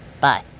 Bye